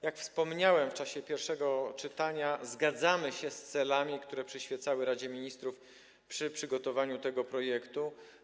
Jak wspomniałem w czasie pierwszego czytania, zgadzamy się z celami, które przyświecały Radzie Ministrów przy przygotowywaniu tego projektu.